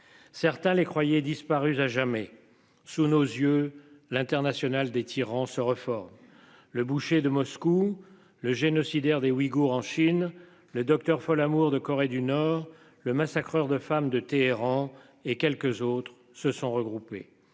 Certains les croyait disparu à jamais sous nos yeux. L'international des tyrans se reforme. Le boucher de Moscou le génocidaire des Ouïgours en Chine le Docteur Folamour de Corée du Nord le massacreur de femmes de Téhéran et quelques autres se sont regroupés.